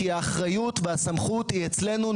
כי האחריות והסמכות היא אצלנו.